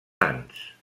sants